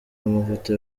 amavuta